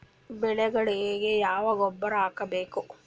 ಬೆಳಿಗೊಳಿಗಿ ಯಾಕ ಗೊಬ್ಬರ ಹಾಕಬೇಕು?